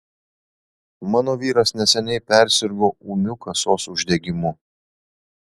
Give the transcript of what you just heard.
mano vyras neseniai persirgo ūmiu kasos uždegimu